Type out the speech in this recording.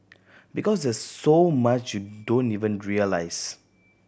because there's so much you don't even realise